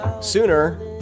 sooner